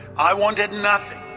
i wanted nothing,